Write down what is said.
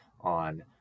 on